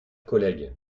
collègues